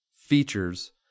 features